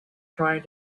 trying